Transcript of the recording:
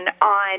on